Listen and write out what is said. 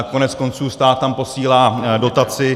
Koneckonců stát tam posílá dotaci.